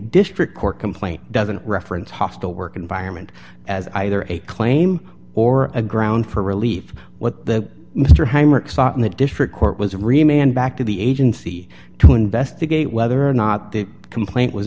district court complaint doesn't reference hostile work environment as either a claim or a ground for relief what the mr high marks in the district court was removed and back to the agency to investigate whether or not the complaint was